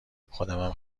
خودمم